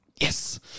yes